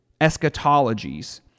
eschatologies